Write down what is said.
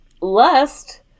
lust